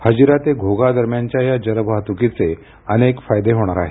हजिरा ते घोघा दरम्यानच्या या जलवाहतुकीचे अनेक फायदे होणार आहेत